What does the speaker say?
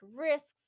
risks